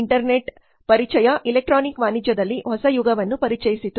internet ಪರಿಚಯ electronic ವಾಣಿಜ್ಯದಲ್ಲಿ ಹೊಸ ಯುಗವನ್ನು ಪರಿಚಯಿಸಿತು